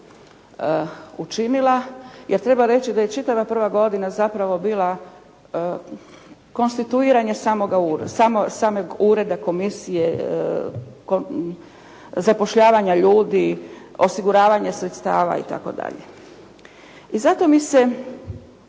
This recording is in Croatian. učinila. Jer treba reći da je čitava prava godina zapravo bila konstituiranje samog ureda komisije, zapošljavanja ljudi, osiguravanje sredstava itd.. I zato mi se